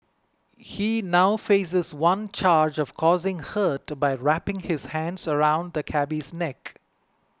he now faces one charge of causing hurt by wrapping his hands around the cabby's neck